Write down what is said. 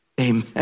Amen